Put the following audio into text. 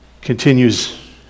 continues